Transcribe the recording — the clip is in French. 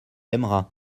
aimera